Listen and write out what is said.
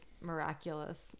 miraculous